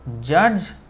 judge